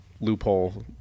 loophole